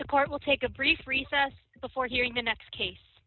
the court will take a brief recess before hearing the next case